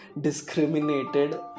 discriminated